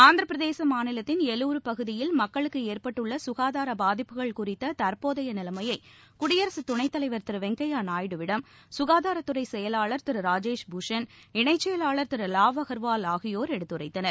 ஆந்திரப்பிரதேச மாநிலத்தின் எலுரு பகுதியில் மக்களுக்கு ஏற்பட்டுள்ள சுகாதார பாதிப்புகள் குறித்த தற்போதைய நிலையை குடியரசு துணைத்தலைவர் திரு வெங்கப்யா நாயுடுவிடம் ககாதாரத்துறை செயலாளர் திரு ராஜேஷ் பூஷன் இணைச்செயலாளர் திரு லாவ் அகர்வால் ஆகியோர் எடுத்துரைத்தனர்